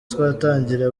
twatangira